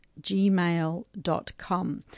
gmail.com